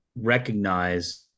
recognize